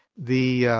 the